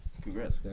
Congrats